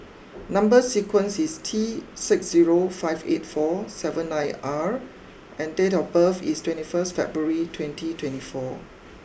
number sequence is T six zero five eight four seven nine R and date of birth is twenty first February twenty twenty four